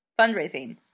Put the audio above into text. Fundraising